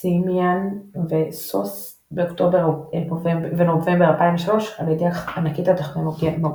Ximian ו־SuSE באוקטובר ונובמבר 2003 על ידי ענקית הטכנולוגיה נובל.